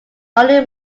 only